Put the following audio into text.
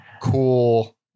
Cool